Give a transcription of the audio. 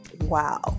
wow